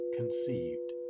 conceived